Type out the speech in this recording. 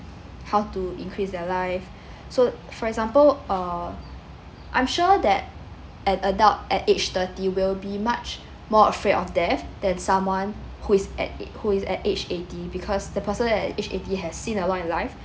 how to increase their life so for example uh I'm sure that an adult at age thirty will be much more afraid of death than someone who's at~ who's at age eighty because the person at age eighty has seen a lot in life